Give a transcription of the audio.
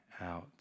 out